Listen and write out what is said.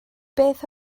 beth